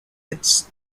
its